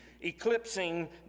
eclipsing